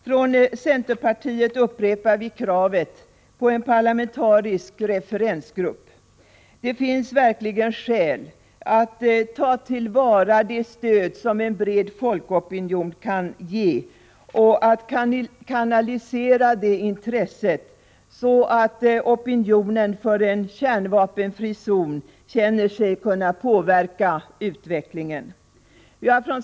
Från centerpartiet upprepar vi kravet på en parlamentarisk referensgrupp. Det finns verkligen skäl att ta till vara det stöd som en bred folkopinion kan ge och kanalisera intresset, så att opinionen för en kärnvapenfri zon känner sig kunna påverka utvecklingen.